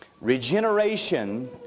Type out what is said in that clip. Regeneration